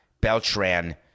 Beltran